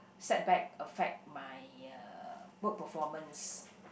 set back affect my uh work performance